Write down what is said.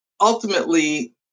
Ultimately